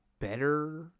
better